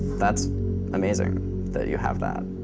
that's amazing that you have that.